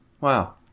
Wow